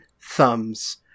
thumbs